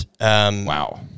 Wow